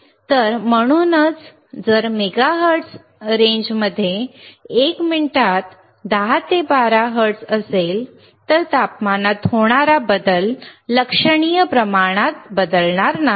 तर म्हणूनच जर मेगाहर्ट्झ रेंजमध्ये 1 मिनिटात 10 ते 12 हर्ट्झ असेल तर तापमानात होणारा बदल लक्षणीय प्रमाणात बदलणार नाही